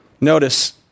Notice